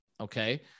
okay